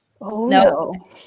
no